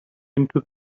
into